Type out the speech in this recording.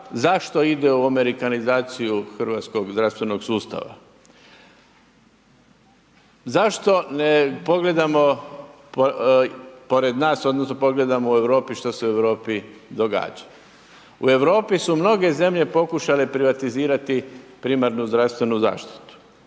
zašto ide u amerikanizaciju hrvatskog zdravstvenog sustava. Zašto ne pogledamo pored nas, odnosno pogledamo u Europi što se u Europi događa? U Europi su mnoge zemlje pokušale privatizirati primarnu zdravstvenu zaštitu.